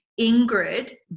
ingrid